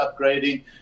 upgrading